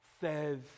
says